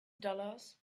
dollars